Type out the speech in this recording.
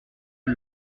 que